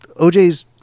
oj's